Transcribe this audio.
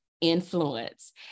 influence